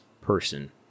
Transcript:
person